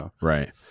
right